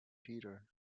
peter